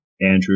Andrew